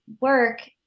work